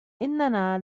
إننا